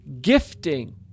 gifting